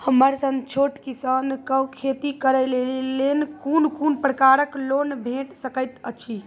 हमर सन छोट किसान कअ खेती करै लेली लेल कून कून प्रकारक लोन भेट सकैत अछि?